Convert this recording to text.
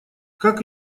как